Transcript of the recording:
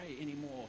anymore